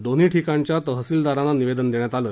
दोन्ही ठिकाणच्या तहसीलदारांना निवेदन देण्यात आलं